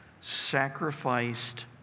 sacrificed